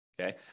Okay